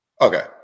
Okay